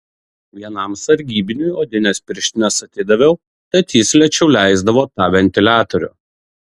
vienam sargybiniui odines pirštines atidaviau tad jis lėčiau leisdavo tą ventiliatorių